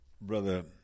Brother